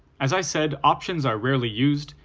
as i said, options are rarely used,